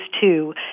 two